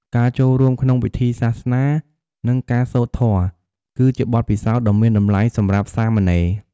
ការចូលរួមក្នុងពិធីសាសនា និងការសូត្រធម៌ គឺជាបទពិសោធន៍ដ៏មានតម្លៃសម្រាប់សាមណេរ។